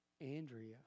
Andrea